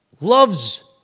loves